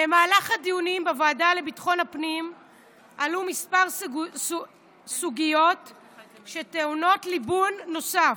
במהלך הדיונים בוועדת לביטחון הפנים עלו כמה סוגיות שטעונות ליבון נוסף: